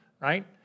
Right